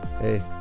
hey